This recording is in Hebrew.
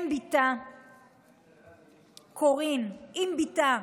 אם בתה,